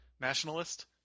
nationalist